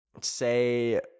say